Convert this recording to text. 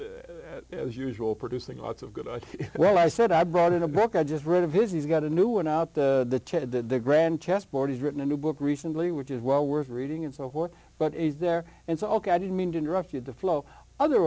his as usual producing lots of good well i said i brought in a book i just read of his he's got a new one out the grand chessboard he's written a new book recently which is well worth reading and so forth but is there and so ok i didn't mean to interrupt you the flow other